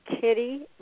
Kitty